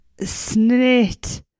Snit